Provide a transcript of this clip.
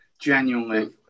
genuinely